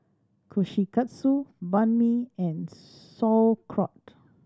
Kushikatsu Banh Mi and Sauerkraut